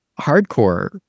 hardcore